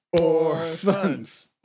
orphans